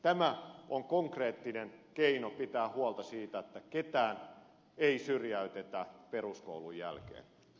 tämä on konkreettinen keino pitää huolta siitä että ketään ei syrjäytetä peruskoulun jälkeen